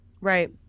right